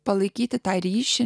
palaikyti tą ryšį